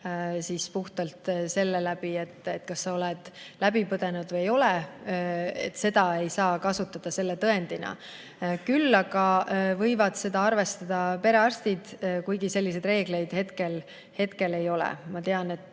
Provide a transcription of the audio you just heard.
kui seda], kas sa oled läbi põdenud või ei ole. Seda ei saa kasutada tõendina. Küll aga võivad seda arvestada perearstid, kuigi selliseid reegleid hetkel ei ole. Ma tean, et